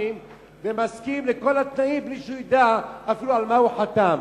והוא מסכים לכל התנאים בלי שידע אפילו על מה חתם.